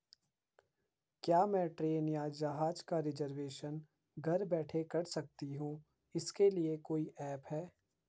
क्या मैं ट्रेन या जहाज़ का रिजर्वेशन घर बैठे कर सकती हूँ इसके लिए कोई ऐप है?